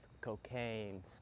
cocaine